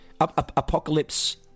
apocalypse